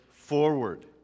forward